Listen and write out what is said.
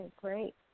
great